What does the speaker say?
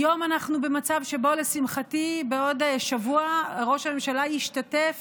היום אנחנו במצב שבו לשמחתי בעוד שבוע ראש הממשלה ישתתף